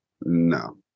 No